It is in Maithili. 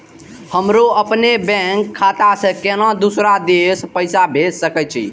हमरो अपने बैंक खाता से केना दुसरा देश पैसा भेज सके छी?